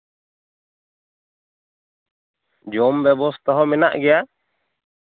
ᱡᱚᱢ ᱵᱮᱵᱚᱥᱛᱟ ᱦᱚᱸ ᱢᱮᱱᱟᱜ ᱜᱮᱭᱟ